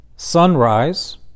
Sunrise